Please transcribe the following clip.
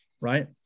right